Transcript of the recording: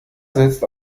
sitzt